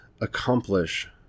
accomplish